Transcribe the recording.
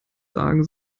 sagen